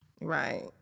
Right